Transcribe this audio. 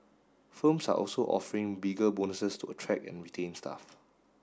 firms are also offering bigger bonuses to attract and retain staff